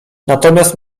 natomiast